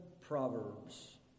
proverbs